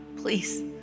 Please